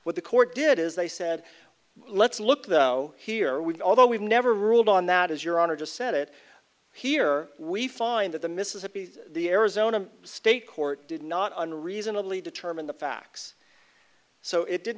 what the court did is they said let's look though here we although we've never ruled on that as your honor just set it here we find that the mississippi the arizona state court did not unreadably determine the facts so it did